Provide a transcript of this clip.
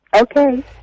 Okay